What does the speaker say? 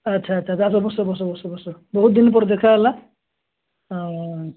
ଆଚ୍ଛା ଆଚ୍ଛା ଯାଅ ଯାଅ ବସ ବସ ବସ ବସ ବହୁତ ଦିନି ପରେ ଦେଖା ହେଲା ଆଉ